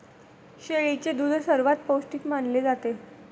शेळीचे दूध सर्वात पौष्टिक मानले जाते